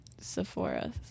Sephora